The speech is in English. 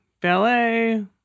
ballet